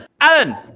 Alan